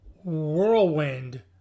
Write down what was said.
whirlwind